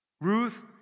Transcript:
Ruth